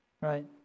right